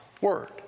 word